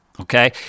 Okay